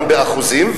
גם באחוזים,